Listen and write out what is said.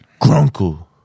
Grunkle